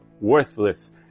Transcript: worthless